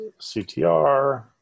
CTR